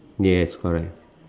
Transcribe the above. yes correct